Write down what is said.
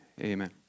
Amen